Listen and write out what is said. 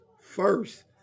first